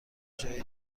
جایی